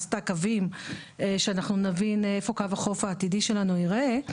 עשתה קווים שאנחנו נבין איפה קו החוף העתידי שלנו ייראה.